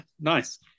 Nice